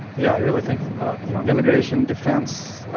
yeah, i really think you know, immigration, defense,